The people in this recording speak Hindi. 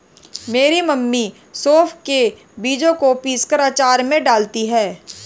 मेरी मम्मी सौंफ के बीजों को पीसकर अचार में डालती हैं